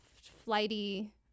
flighty